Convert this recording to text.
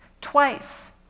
Twice